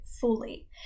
fully